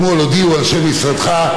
אתמול הודיעו אנשי משרדך,